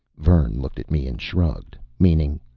vern looked at me and shrugged, meaning,